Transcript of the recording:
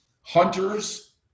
hunters